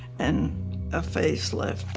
and a face lift.